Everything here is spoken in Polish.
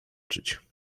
czyć